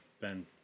Ben